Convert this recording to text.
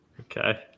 Okay